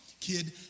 Kid